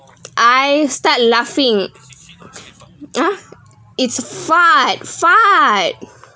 I start laughing !huh! it's fart fart